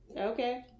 Okay